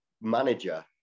manager